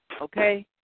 okay